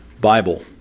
Bible